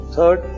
Third